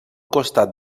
costat